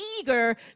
eager